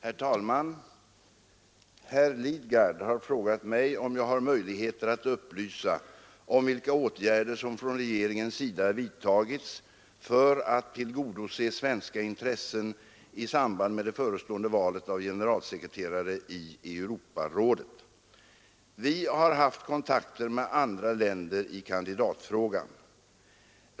Herr talman! Herr Lidgard har frågat mig om jag har möjligheter att upplysa om vilka åtgärder som från regeringens sida vidtagits för att tillgodose svenska intressen i samband med det förestående valet av generalsekreterare i Europarådet. Vi har haft kontakt med andra länder i kandidatfrågan.